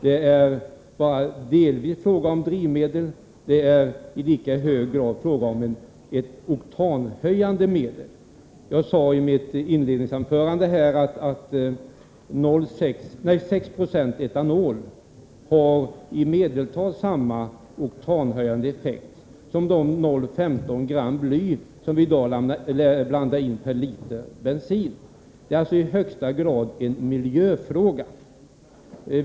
Det är bara delvis ett drivmedel och i lika hög grad ett oktanhöjande medel. Jag sade i mitt inledningsanförande att 6 90 etanol har i medeltal samma oktanhöjande effekt som de 0,15 gram bly som i dag blandas in per liter bensin. Det här är alltså i högsta grad en miljöfråga.